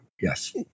Yes